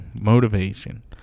motivation